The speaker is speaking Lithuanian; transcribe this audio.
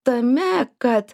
tame kad